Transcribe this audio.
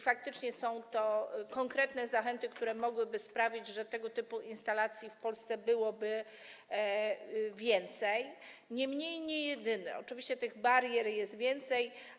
Faktycznie są to konkretne zachęty, które mogłyby sprawić, że tego typu instalacji w Polsce byłoby więcej, niemniej nie jedyne, gdyż oczywiście tych barier też jest więcej.